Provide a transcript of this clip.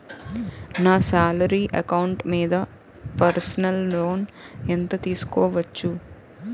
నా salary account మీద personal loan ఎంత తీసుకోవచ్చు?